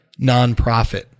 nonprofit